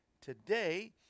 today